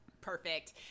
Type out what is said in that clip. perfect